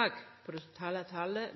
tak på det totale talet